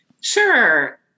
Sure